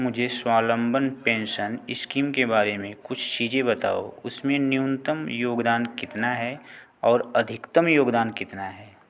मुझे स्वावलंबन pension scheme के बारे में कुछ चीज़ें बताओ उसमें न्यूनतम योगदान कितना है और अधिकतम योगदान कितना है